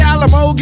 Alamo